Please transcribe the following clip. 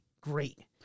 great